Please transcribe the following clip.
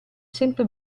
sempre